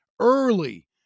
early